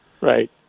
Right